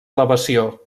elevació